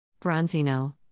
Bronzino